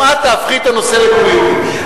גם את תהפכי את הנושא לפוליטי.